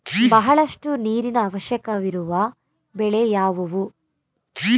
ಬಹಳಷ್ಟು ನೀರಿನ ಅವಶ್ಯಕವಿರುವ ಬೆಳೆ ಯಾವುವು?